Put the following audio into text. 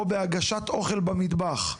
או בהגשת אוכל במטבח,